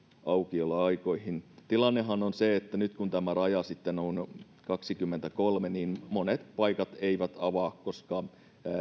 aukioloaikoihin tilannehan on se että nyt kun tämä raja on sitten kaksikymmentäkolme niin monet paikat eivät avaa koska